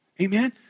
Amen